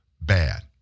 bad